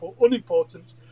unimportant